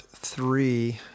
Three